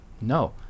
No